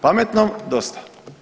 Pametnom dosta.